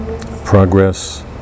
progress